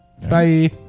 Bye